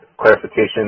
clarification